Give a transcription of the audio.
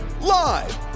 live